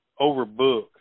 overbook